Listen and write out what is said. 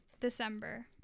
December